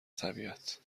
طبیعت